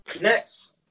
Next